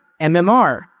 MMR